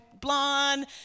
blonde